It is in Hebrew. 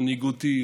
משבר מנהיגותי,